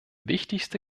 wichtigste